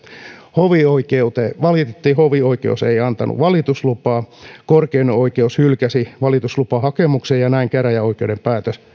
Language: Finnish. hovioikeuteen valitettiin hovioikeus ei antanut valituslupaa korkein oikeus hylkäsi valituslupahakemuksen ja näin käräjäoikeuden päätös